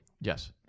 Yes